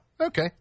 okay